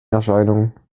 erscheinung